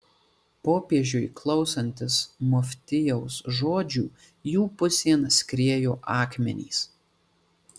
popiežiui klausantis muftijaus žodžių jų pusėn skriejo akmenys